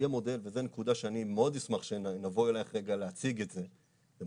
וזו נקודה שאני מאוד אשמח שאנחנו נבוא אלייך להציג את זה.